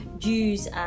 use